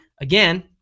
Again